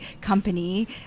company